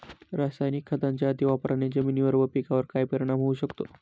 रासायनिक खतांच्या अतिवापराने जमिनीवर व पिकावर काय परिणाम होऊ शकतो?